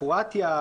קרואטיה,